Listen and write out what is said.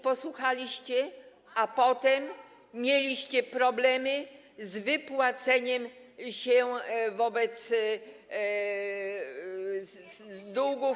Posłuchaliście, a potem mieliście problemy z wypłaceniem się z długów.